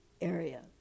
area